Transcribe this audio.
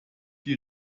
die